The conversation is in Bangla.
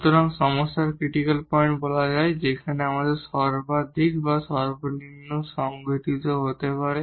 সুতরাং সমস্যার ক্রিটিকাল পয়েন্ট বলা হয় যেখানে মাক্সিমাম মিনিমাম সংঘটিত হতে পারে